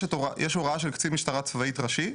יש הוראה של קצין משטרה צבאית ראשי.